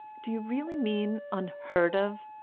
do you really mean unheard of?